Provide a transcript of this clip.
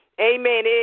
Amen